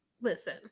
listen